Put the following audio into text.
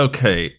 Okay